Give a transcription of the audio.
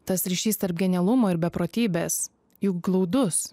tas ryšys tarp genialumo ir beprotybės juk glaudus